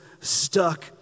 stuck